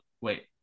wait